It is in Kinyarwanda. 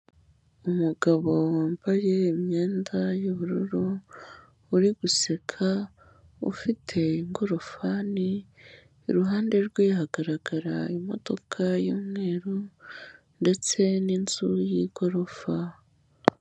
Umugabo wambaye imyenda y'ubururu, uri guseka ufite ingorofani, iruhande rwe hagaragara imodoka y'umweru ndetse n'inzu y'igorofa.